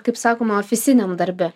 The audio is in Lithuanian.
kaip sakoma ofisiniam darbe